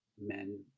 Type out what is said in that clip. men